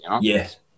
Yes